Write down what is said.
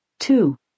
Two